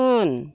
उन